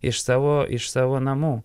iš savo iš savo namų